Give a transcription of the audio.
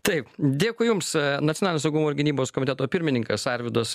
taip dėkui jums nacionalinio saugumo ir gynybos komiteto pirmininkas arvydas